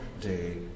day